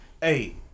Hey